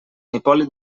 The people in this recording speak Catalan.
hipòlit